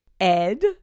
Ed